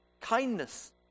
kindness